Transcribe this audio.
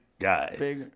guy